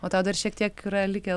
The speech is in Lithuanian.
o tau dar šiek tiek yra likę